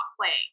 playing